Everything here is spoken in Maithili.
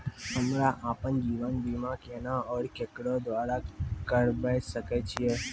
हमरा आपन जीवन बीमा केना और केकरो द्वारा करबै सकै छिये?